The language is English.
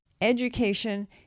education